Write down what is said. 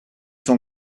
sont